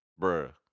bruh